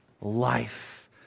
life